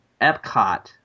Epcot